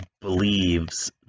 believes